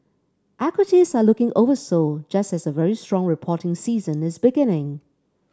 equities are looking oversold just as a very strong reporting season is beginning